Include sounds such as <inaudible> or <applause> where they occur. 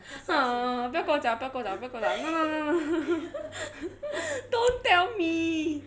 !huh! 不要跟我讲不要跟我讲不要跟我讲 no no no no no <noise> don't tell me